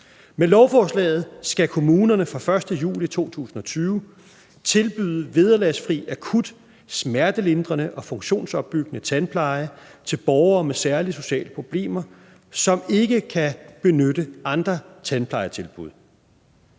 Med lovforslaget skal kommunerne fra den 1. juli 2020 tilbyde vederlagsfri akut smertelindrende og funktionsopbyggende tandpleje til borgere med særlige sociale problemer, som ikke kan benytte andre tandplejetilbud.